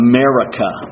America